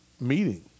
meeting